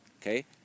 okay